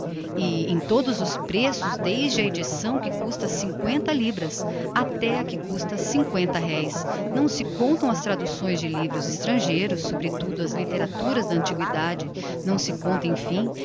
e em todos os preços desde a edição que custa cinqüenta libras até á que custa cinco reis não se contam as traducções de livros estrangeiros sobretudo as litteraturas da antiguidade não se conta emfim